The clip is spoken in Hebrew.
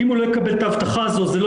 ואם הוא לא יקבל את ההבטחה הזו זה לא